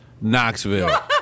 Knoxville